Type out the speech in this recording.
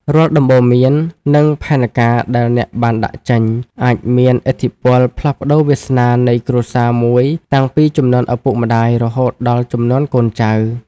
រាល់ដំបូន្មាន និងផែនការដែលអ្នកបានដាក់ចេញ អាចមានឥទ្ធិពលផ្លាស់ប្តូរវាសនានៃគ្រួសារមួយតាំងពីជំនាន់ឪពុកម្ដាយរហូតដល់ជំនាន់កូនចៅ។